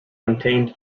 contained